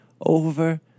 over